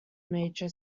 major